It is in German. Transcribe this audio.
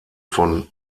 von